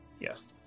Yes